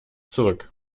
zurück